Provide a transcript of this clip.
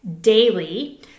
daily